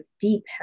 deep